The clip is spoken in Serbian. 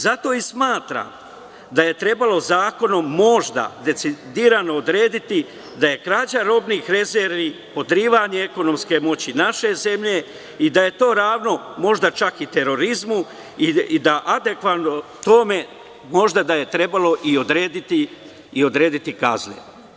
Zato smatram da je trebalo zakonom možda decidirano odrediti da je krađa robnih rezervi podrivanje ekonomske moći naše zemlje, da je to ravno možda čak i terorizmu i da je adekvatno tome možda trebalo odrediti i kazne.